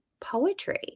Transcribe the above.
poetry